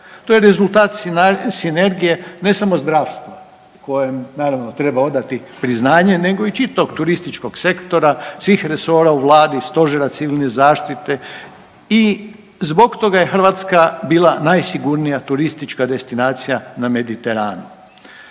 To je rezultat sinergije ne samo zdravstva kojem naravno treba odati priznanje, nego i čitavog turističkog sektora, svih resora u Vladi, Stožera civilne zaštite i zbog toga je Hrvatska bila najsigurnija turistička destinacija na Mediteranu.